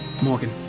Morgan